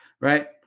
right